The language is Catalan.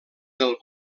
del